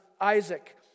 Isaac